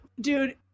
dude